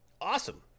Awesome